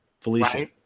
Felicia